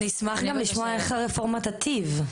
נשמח גם לשמוע איך הרפורמה תיטיב.